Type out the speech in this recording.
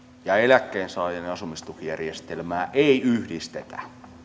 ja eläkkeensaajien asumistukijärjestelmää ei yhdistetä